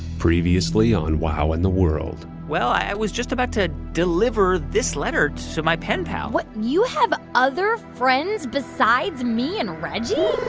previously on wow in the world. well, i was just about to deliver this letter to so my pen pal you have other friends besides me and reggie?